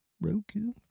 Roku